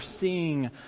seeing